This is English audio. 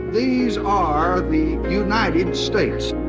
these are the united states.